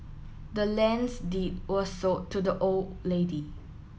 the land's deed were sold to the old lady